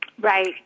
Right